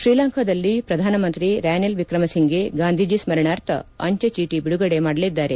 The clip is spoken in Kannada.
ಶ್ರೀಲಂಕಾದಲ್ಲಿ ಪ್ರಧಾನಮಂತ್ರಿ ರಣಿಲ್ ವಿಕ್ರಮಸಿಂಘೆ ಗಾಂಧೀಜಿ ಸ್ಮರಣಾರ್ಥ ಅಂಚೆ ಚೀಟಿ ಬಿಡುಗಡೆ ಮಾಡಲಿದ್ದಾರೆ